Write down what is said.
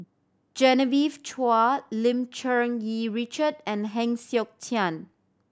Genevieve Chua Lim Cherng Yih Richard and Heng Siok Tian